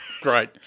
Great